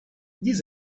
this